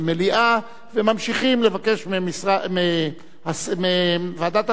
וממשיכים לבקש מוועדת החינוך להמשיך